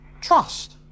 trust